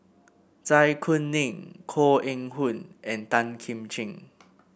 Zai Kuning Koh Eng Hoon and Tan Kim Ching